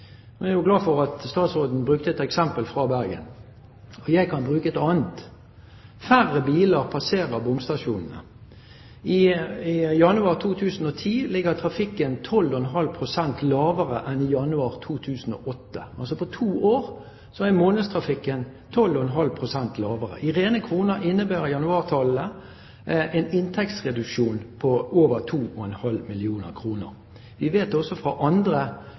Jeg er glad for at statsråden brukte et eksempel fra Bergen. Jeg kan bruke et annet. Færre biler passerer bomstasjonene. I januar 2010 ligger trafikken 12,5 pst. lavere enn januar 2008 – på to år er månedstrafikken 12,5 pst. lavere. I rene kroner innebærer januartallet en inntektsreduksjon på over 2,5 mill. kr. Vi vet også fra andre